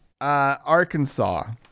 Arkansas